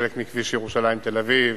חלק מכביש ירושלים תל-אביב,